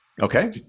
Okay